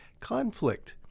conflict